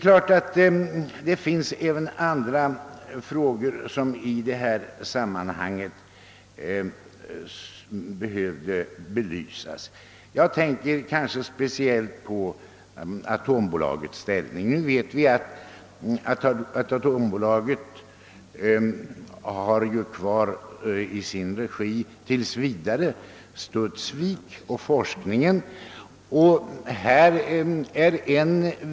Även andra frågor i detta samman skulle behöva belysas. Jag tänker speciellt på atombolagets ställning. Atombolaget har ju tillsvidare kvar Studsvik och forskningen i sin regi.